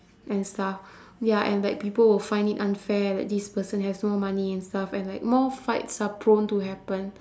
and stuff ya and like people will find it unfair that this person has more money and stuff and like more fights are prone to happen